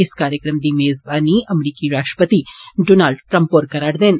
इस कार्यक्रम दी मजेबानी अमेरिकी राष्ट्रपति डोन्लड ट्रम्प होर करा'रदे न